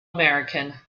american